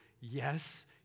yes